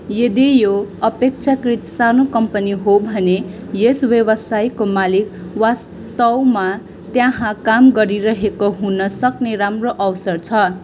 यदि यो अपेक्षाकृत सानो कम्पनी हो भने यस व्यवसायको मालिक वास्तवमा त्यहाँ काम गरिरहेको हुन सक्ने राम्रो अवसर छ